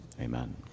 Amen